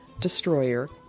destroyer